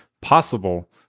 possible